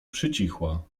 przycichła